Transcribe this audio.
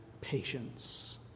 patience